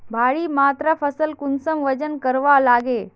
भारी मात्रा फसल कुंसम वजन करवार लगे?